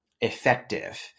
effective